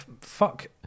fuck